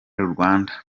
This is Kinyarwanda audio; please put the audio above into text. rwanda